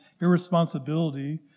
irresponsibility